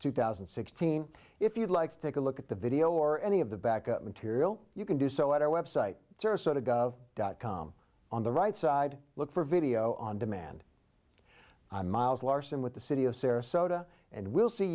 two thousand and sixteen if you'd like to take a look at the video or any of the back material you can do so at our website dot com on the right side look for video on demand i'm miles larson with the city of sarasota and we'll see